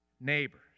neighbors